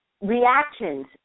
reactions